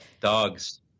Dogs